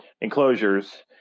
enclosures